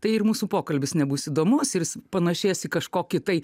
tai ir mūsų pokalbis nebus įdomus ir jis panašės į kažkokį tai